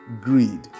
greed